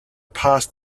passed